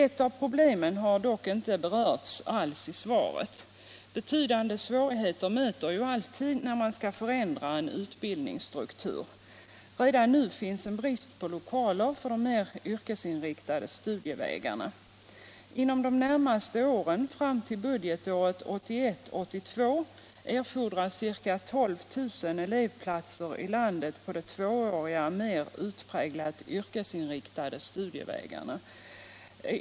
Ett av problemen har dock inte alls berörts i svaret. Betydande svårigheter möter alltid då man skall förändra en utbildningsstruktur. Redan nu finns en brist på lokaler för de mer yrkesinriktade studievägarna. Inom de närmaste åren fram till budgetåret 1981/82 erfordras ca 12 000 elevplatser i landet på de tvååriga mer utpräglat yrkesinriktade studievägarna.